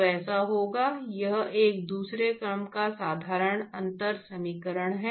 तो ऐसा होगा यह एक दूसरे क्रम का साधारण अंतर समीकरण है